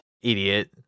Idiot